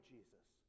Jesus